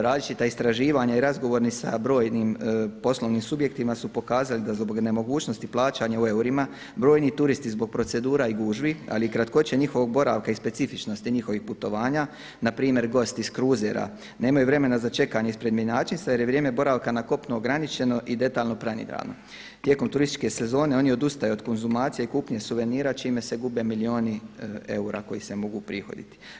Različita istraživanja i razgovori sa brojnim poslovnim subjektima su pokazali da zbog nemogućnosti plaćanja u eurima brojni turisti zbog procedura i gužvi, ali i kratkoće njihovog boravka i specifičnosti njihovih putovanja na primjer gosti iz kruzera nemaju vremena za čekanje ispred mjenjačnice jer je vrijeme boravka na kopnu ograničeno i … Tijekom turističke sezone oni odustaju od konzumacija i kupnje suvenira čime se gube milioni eura koji se mogu uprihoditi.